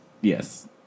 Yes